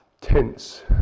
tense